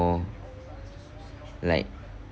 like